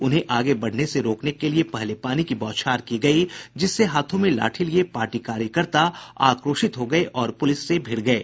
उन्हें आगे बढ़ने से रोकने के लिए पहले पानी की बौछार की गयी जिससे हाथों में लाठी लिये पार्टी कार्यकर्ता आक्रोशित हो गये और पुलिस से भिड़ गये